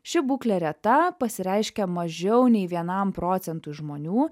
ši būklė reta pasireiškia mažiau nei vienam procentui žmonių